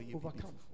overcome